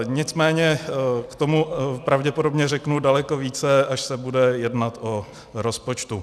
Nicméně k tomu pravděpodobně řeknu daleko více, až se bude jednat o rozpočtu.